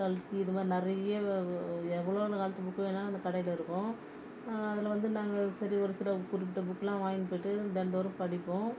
கல்கி இதுமாதிரி நிறைய வ வ எவ்வளோவு காலத்து புக்கு வேணாலும் அந்த கடையில் இருக்கும் அதில் வந்து நாங்கள் சரி ஒரு சில குறிப்பிட்ட புக்கெலாம் வாங்கிட்டு போய்ட்டு தினந்தோறும் படிப்போம்